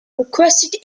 requested